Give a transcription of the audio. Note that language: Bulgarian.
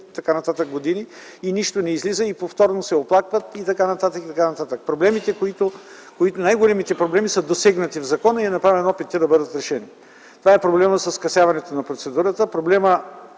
така нататък години и нищо не излиза, и повторно се оплакват и т. н., и т. н. Най големите проблеми са засегнати в закона и е направен опит да бъдат разрешени. Това е проблемът със скъсяването на процедурата.